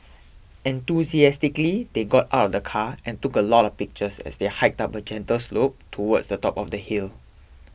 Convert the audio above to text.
enthusiastically they got out of the car and took a lot of pictures as they hiked up a gentle slope towards the top of the hill